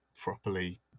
properly